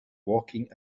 walking